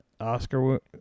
Oscar